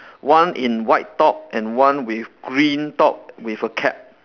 one in white top and one with green top with a cap